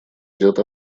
идет